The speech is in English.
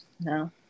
No